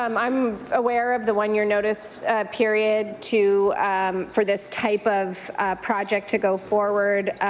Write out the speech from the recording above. um i'm aware of the one-year notice period to for this type of project to go forward.